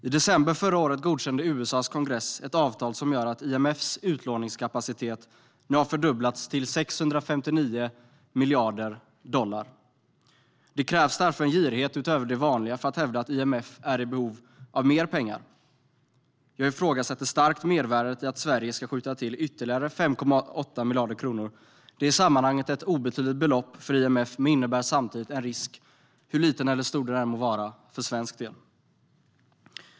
I december förra året godkände USA:s kongress ett avtal som gör att IMF:s utlåningskapacitet nu har fördubblats till 65 miljarder dollar. Det krävs därför en girighet utöver det vanliga för att hävda att IMF är i behov av mer pengar. Jag ifrågasätter starkt mervärdet i att Sverige ska skjuta till ytterligare 5,8 miljarder kronor. Det är ett i sammanhanget obetydligt belopp för IMF, men det innebär samtidigt en risk - hur liten eller stor den än må vara - för svensk del.